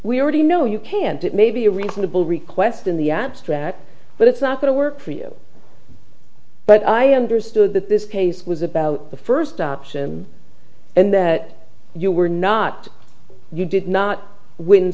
we already know you can't it may be a reasonable request in the abstract but it's not going to work for you but i understood that this case was about the first option and that you were not you did not win